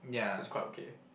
so is quite okay